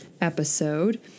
episode